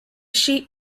sheep